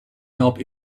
help